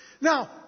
Now